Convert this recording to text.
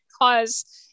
cause